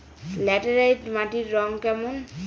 Laterite মাটির রং কেমন?